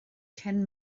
cyn